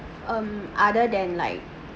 um other than like